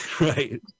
Right